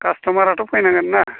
कासट'माराथ' फैनांगोन ना